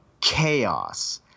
chaos